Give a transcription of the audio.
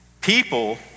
People